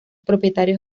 propietarios